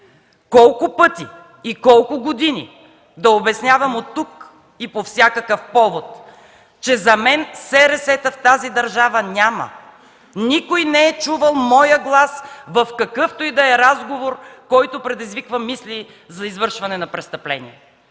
Колко пъти и колко години да обяснявам оттук и по всякакъв повод, че за мен СРС-та в тази държава няма. Никой не е чувал моя глас в какъвто и да е разговор, който предизвиква мисли за извършване на престъпление.